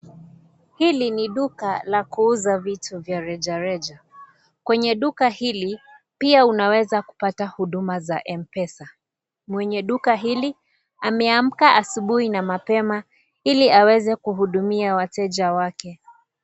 Hili ni duka la kuuza vitu vya rejareja, kwenye duka hili pia unaweza kupata huduma za M-pesa, mwenye duka hili ameamka asubuhi na mapema, ili aweze kuhudumia wateja wake.